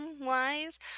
wise